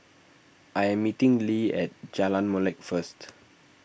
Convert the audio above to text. I am meeting Le at Jalan Molek first